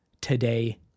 today